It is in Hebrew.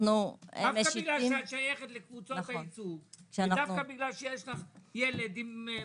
רק בגלל שאת שייכת לקבוצות הייצוג ודווקא בגלל שיש לך ילד עם מוגבלויות,